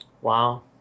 wow